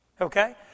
Okay